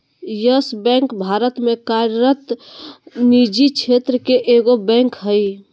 yes bank Bharat में कार्यरत निजी क्षेत्र के एगो बैंक हइ